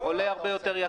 עולה הרבה יותר יקר,